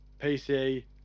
PC